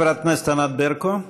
חברת הכנסת ענת ברקו.